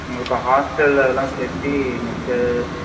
உங்களுக்கு ஹாஸ்டல் அதெல்லாம் சேர்த்தி இங்கே